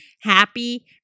happy